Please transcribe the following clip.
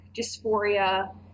dysphoria